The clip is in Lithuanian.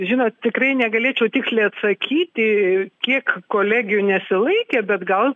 žinot tikrai negalėčiau tiksliai atsakyti kiek kolegijų nesilaikė bet gal